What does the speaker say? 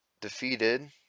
defeated